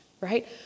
Right